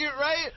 right